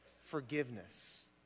forgiveness